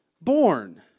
born